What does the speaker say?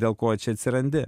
dėl ko čia atsirandi